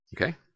Okay